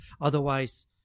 otherwise